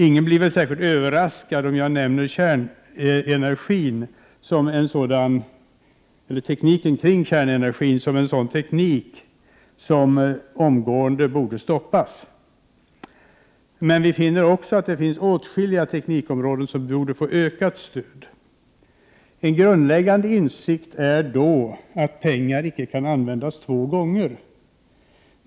Ingen blir väl särskilt överraskad om jag nämner tekniken kring kärnenergin som en sådan teknik som omgående borde stoppas. Men vi finner också att det finns åtskilliga teknikområden som borde få ökat stöd. En grundläggande insikt är att pengar inte kan användas två gånger.